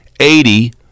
Eighty